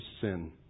sin